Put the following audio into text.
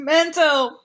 Mental